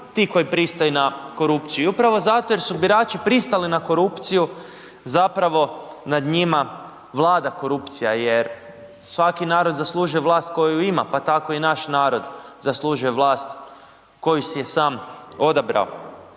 ti koji pristaju na korupciju. I upravo zato jer su birači pristali na korupciju zapravo nad njima vlada korupcija. Jer svaki narod zaslužuje vlast koju ima pa tako i naš narod zaslužuje vlast koju si je sam odabrao.